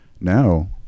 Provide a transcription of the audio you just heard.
Now